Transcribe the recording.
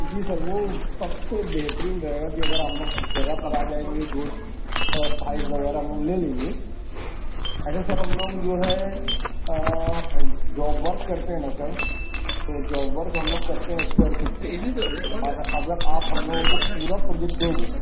جی sir وہ سب سے بہترین رہے گا کہ اگر ہم لوگ جگہ پر آ جائیں گے جو سائز وغیرہ ہم لوگ لے لیں گے اچھا سر ہم لوگ جو ہے جاب ورک کرتے ہیں نا سر تو جاب ورک ہم لوگ کرتے ہیں اسکوائر فٹ پہ اگر آپ ہم لوگوں کو پورا پروجیکٹ دو گے